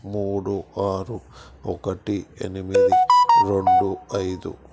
మూడు ఆరు ఒకటి ఎనిమిది రెండు ఐదు